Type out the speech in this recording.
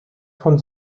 von